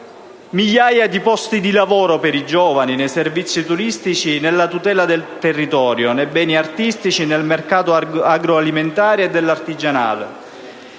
migliaia di posti di lavoro per i giovani nei servizi turistici, nella tutela del territorio, nei beni artistici, nel mercato agroalimentare e dell'artigianato,